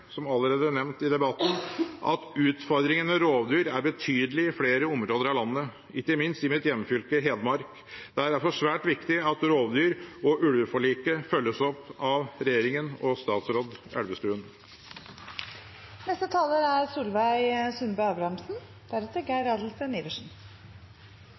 som allerede nevnt i debatten, at utfordringen med rovdyr er betydelig i flere områder av landet, ikke minst i mitt hjemfylke, Hedmark. Det er derfor svært viktig at rovdyr- og ulveforliket følges opp av regjeringen og statsråd Elvestuen.